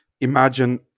imagine